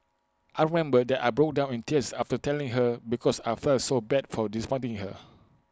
I remember that I broke down in tears after telling her because I felt so bad for disappointing her